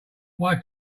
why